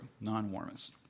non-warmest